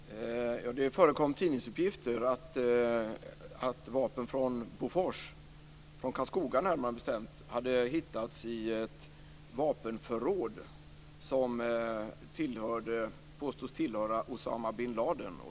Fru talman! Det förekom tidningsuppgifter om att vapen från Bofors - från Karlskoga, närmare bestämt - hade hittats i ett vapenförråd som påstods tillhöra Usama bin Ladin.